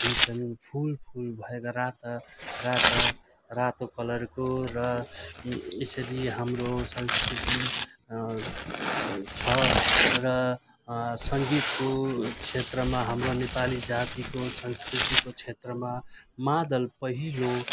हुन्छन् फुल फुल भएका राता राता रातो कलरको र यसरी हाम्रो संस्कृति छ र सङ्गीतको क्षेत्रमा हाम्रो नेपाली जातिको संस्कृतिको क्षेत्रमा मादल पहिलो